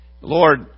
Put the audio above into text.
Lord